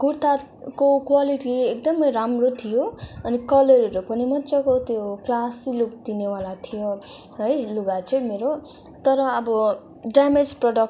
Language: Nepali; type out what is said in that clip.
कुर्ताको क्वालिटी एकदमै राम्रो थियो अनि कलरहरू पनि मज्जाको त्यो क्लासी लुक दिनेवाला थियो है लुगा चाहिँ मेरो तर अब ड्यामेज प्रडक्ट